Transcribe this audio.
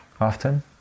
often